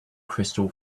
crystal